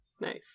Nice